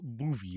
movie